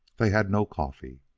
they had no coffee.